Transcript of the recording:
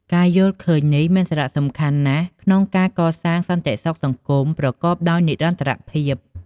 ការយល់ឃើញនេះមានសារៈសំខាន់ណាស់ក្នុងការកសាងសន្តិសុខសង្គមប្រកបដោយនិរន្តរភាព។